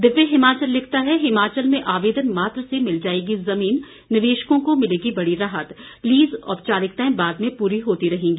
दिव्य हिमाचल लिखता है हिमाचल में आवेदन मात्र से मिल जाएगी जमीन निवेशकों को मिलेगी बड़ी राहत लीज औपचारिकताएं बाद में पूरी होती रहेंगी